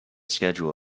schedule